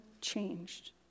changed